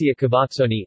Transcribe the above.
Cavazzoni